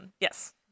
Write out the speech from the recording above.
yes